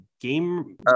game